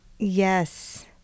Yes